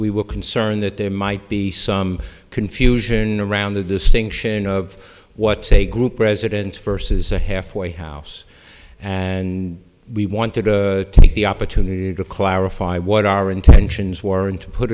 we were concerned that there might be some confusion around the distinction of what's a group residents versus a halfway house and we want to take the opportunity to clarify what our intentions were and to put